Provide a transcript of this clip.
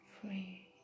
free